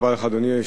אדוני, בבקשה.